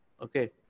Okay